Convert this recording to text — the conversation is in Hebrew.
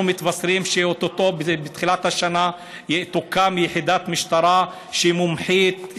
אנחנו מתבשרים שאו-טו-טו בתחילת השנה תוקם יחידת משטרה שהיא מומחית,